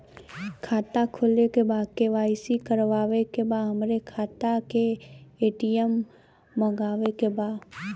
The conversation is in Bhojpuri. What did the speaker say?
खाता खोले के बा के.वाइ.सी करावे के बा हमरे खाता के ए.टी.एम मगावे के बा?